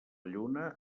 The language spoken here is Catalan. lluna